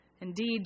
Indeed